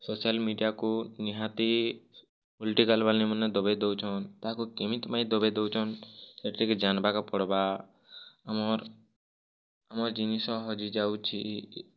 social ମିଡ଼ିଆକୁ ନିହାତି political ବାଲିମାନେ ଦବେଇ ଦଉଛନ୍ ତାହାକୁ କେମିତି ମାଇଁ ଦବେଇ ଦଉଛନ୍ ଏତିକି ଜାନବାକେ ପଡ଼ବା ଆମର ଆମ ଜିନିଷ ହଜିଯାଉଛି